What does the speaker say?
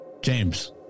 James